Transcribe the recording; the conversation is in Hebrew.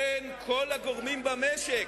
בין כל הגורמים במשק.